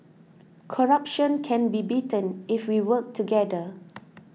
corruption can be beaten if we work together